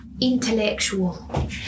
intellectual